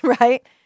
right